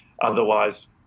Otherwise